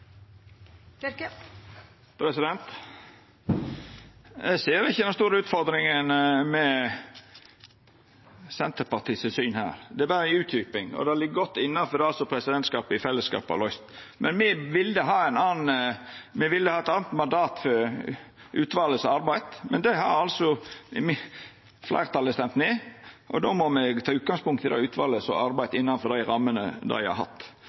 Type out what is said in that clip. berre ei utdjuping, og det ligg godt innanfor det som presidentskapet i fellesskap har løyst. Me ville ha eit anna mandat for utvalet som har arbeidd, men det har altså fleirtalet stemt ned, og då må me ta utgangspunkt i det utvalet som har arbeidd, innanfor dei rammene dei har hatt.